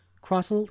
cross